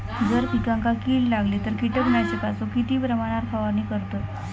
जर पिकांका कीड लागली तर कीटकनाशकाचो किती प्रमाणावर फवारणी करतत?